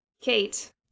Kate